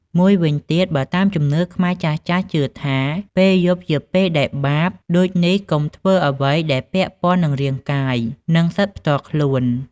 មួយវិញទៀត បើតាមជំនឿខ្មែរចាស់ៗជឿថាពេលយប់ជាពេលដែលបាប ដូចនេះកុំធ្វើអ្វីដែលពាក់ព័ន្ធនឹងរាងកាយ និងសិទ្ធិផ្ទាល់ខ្លួន។